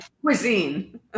Cuisine